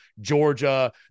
Georgia